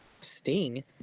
sting